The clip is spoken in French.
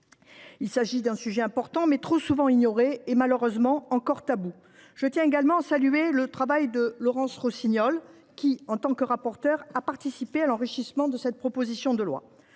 Il s’agit d’un sujet important, mais trop souvent ignoré et, malheureusement, encore tabou. Je tiens également à saluer le travail de Laurence Rossignol, qui, en tant que rapporteure, a participé à l’enrichissement de cette proposition de loi.